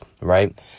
right